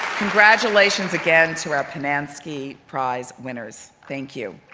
congratulations again to our pinanski prize winners. thank you.